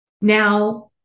Now